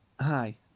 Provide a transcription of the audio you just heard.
Hi